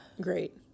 great